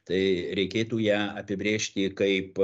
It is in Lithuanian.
tai reikėtų ją apibrėžti kaip